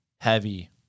heavy